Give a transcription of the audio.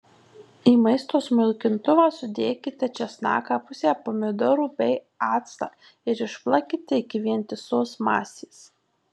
į maisto smulkintuvą sudėkite česnaką pusę pomidorų bei actą ir išplakite iki vientisos masės